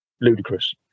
ludicrous